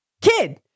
kid